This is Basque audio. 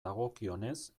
dagokionez